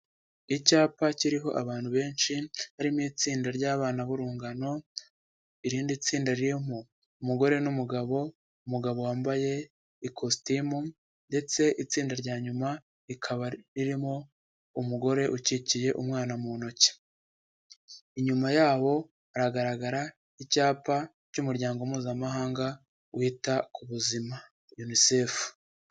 Icyapa kiriho abantu benshi barimo itsinda ry'abana b'urungano, irindi tsinda ririmo umugore n'umugabo, umugabo wambaye ikositimu ndetse itsinda rya nyuma rikaba ririmo umugore ukikiye umwana mu ntoki, inyuma yabo hagaragara icyapa cy'umuryango mpuzamahanga wita ku buzima Unicef.